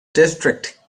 district